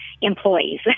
employees